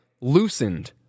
loosened